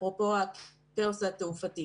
אפרופו הכאוס התעופתי.